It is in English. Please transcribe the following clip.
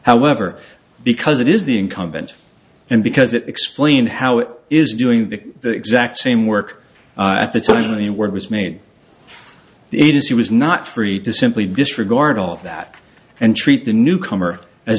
however because it is the incumbent and because it explained how it is doing the exact same work at the top of the world was made the agency was not free to simply disregard all of that and treat the newcomer as